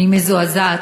אני מזועזעת.